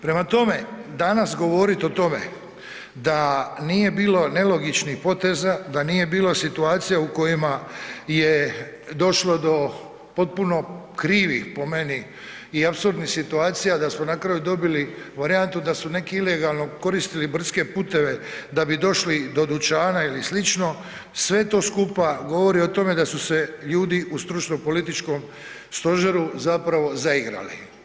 Prema tome, danas govoriti o tome da nije bilo nelogičnih poteza, da nije bilo situacija u kojima je došlo do potpuno krivih po meni i apsurdnih situacija da smo na kraju dobili varijantu da su neki ilegalno koristili brdske puteve da bi došli do dućana ili slično, sve to skupa govori o tome da su se ljudi u stručno političkom stožeru zapravo zaigrali.